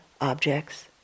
objects